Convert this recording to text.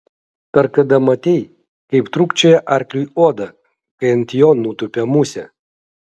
ar kada matei kaip trūkčioja arkliui oda kai ant jo nutupia musė